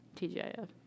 TGIF